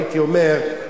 הייתי אומר,